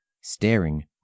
staring